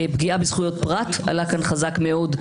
פגיעה בזכויות פרט עלה כאן חזק מאוד,